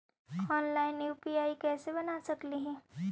Online UPI कैसे बना सकली ही?